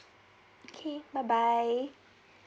okay bye bye